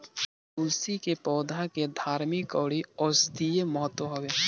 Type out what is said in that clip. तुलसी के पौधा के धार्मिक अउरी औषधीय महत्व हवे